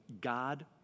God